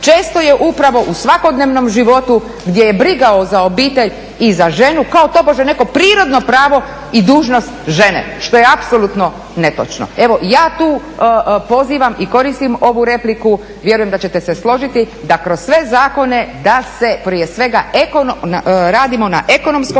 često je upravo u svakodnevnom životu gdje je briga za obitelj i za ženu kao tobože neko prirodno pravo i dužnost žene što je apsolutno netočno. Evo ja tu pozivam i koristim ovu repliku, vjerujem da ćete se složiti da kroz sve zakone da se prije svega radimo na ekonomskom